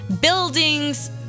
buildings